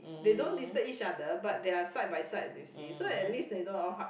they don't disturb each other but they are side by side you see so at least they know